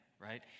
right